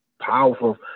powerful